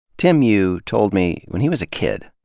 tim yu told me, when he was a kid,